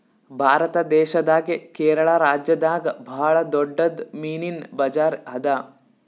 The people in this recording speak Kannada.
ಭಾರತ್ ದೇಶದಾಗೆ ಕೇರಳ ರಾಜ್ಯದಾಗ್ ಭಾಳ್ ದೊಡ್ಡದ್ ಮೀನಿನ್ ಬಜಾರ್ ಅದಾ